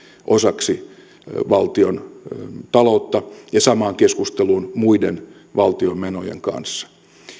osaksi valtiontaloutta ja samaan keskusteluun muiden valtion menojen kanssa